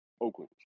Oakland